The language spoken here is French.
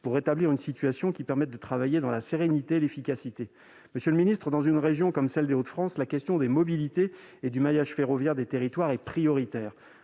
pour rétablir une situation qui permettent de travailler dans la sérénité et l'efficacité, monsieur le Ministre, dans une région comme celle des autres, France, la question des mobilités et du maillage ferroviaire des territoires et prioritaire